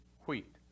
wheat